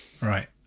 right